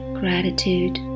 gratitude